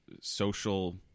social